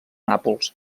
nàpols